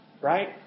right